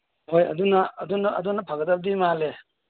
ꯍꯣꯏ ꯑꯗꯨꯅ ꯑꯗꯨꯅ ꯑꯗꯨꯅ ꯐꯒꯗꯕꯗꯤ ꯃꯥꯜꯂꯦ